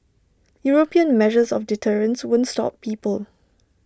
european measures of deterrence won't stop people